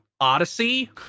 odyssey